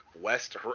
West